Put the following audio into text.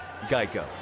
Geico